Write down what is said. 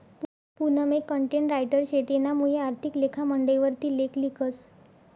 पूनम एक content writer शे तेनामुये आर्थिक लेखा मंडयवर ती लेख लिखस